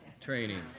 training